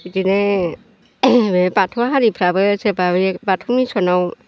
बेदिनो बाथौ हारिफ्राबो सोरबा बेदिनो बाथौ मिस'नाव